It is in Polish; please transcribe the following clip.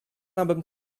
abym